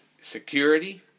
security